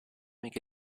make